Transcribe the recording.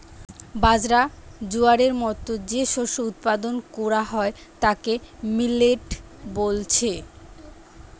বাজরা, জোয়ারের মতো যে শস্য উৎপাদন কোরা হয় তাকে মিলেট বলছে